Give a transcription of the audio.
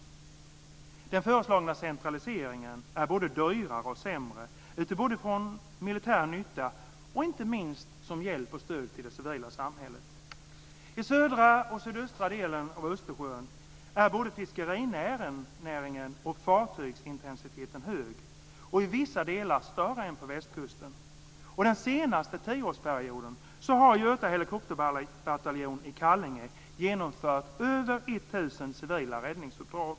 Den föreslagna centraliseringen är både dyrare och sämre både utifrån militär nytta och som hjälp och stöd till det civila samhället. I södra och sydöstra delarna av Östersjön är både fiskerinäringen och fartygsintensiteten hög och i vissa delar större än på Västkusten. Den senaste tioårsperioden har Göta helikopterbataljon i Kallinge genomfört över 1 000 civila räddningsuppdrag.